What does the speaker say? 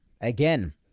again